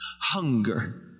Hunger